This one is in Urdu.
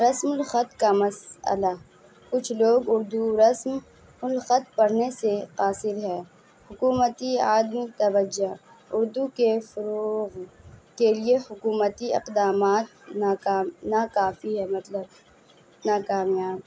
رسم الخط کا مسلہ کچھ لوگ اردو رسم الخط پڑھنے سے قاصر ہے حکومتی آدمی توجہ اردو کے فروغ کے لیے حکومتی اقدامات ناکا ناکافی ہے مطلب ناکامیاب